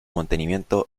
mantenimiento